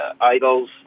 idols